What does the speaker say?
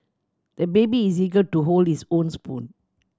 the baby is eager to hold his own spoon